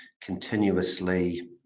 continuously